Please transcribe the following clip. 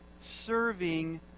serving